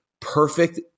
perfect